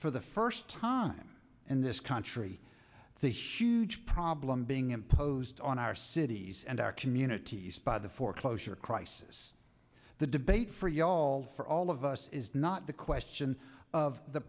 for the first time in this country the huge problem being imposed on our cities and our communities by the foreclosure crisis the debate for you all for all of us is not the question of the